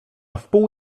wpół